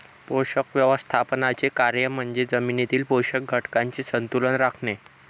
पोषक व्यवस्थापनाचे कार्य म्हणजे जमिनीतील पोषक घटकांचे संतुलन राखणे